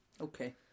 Okay